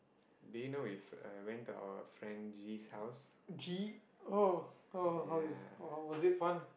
do you know If I went to our friend G's house ya